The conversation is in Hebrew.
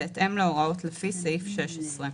בהתאם להוראות לפי סעיף 16,